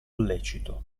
lecito